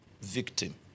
victim